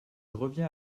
reviens